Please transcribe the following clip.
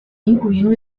incluindo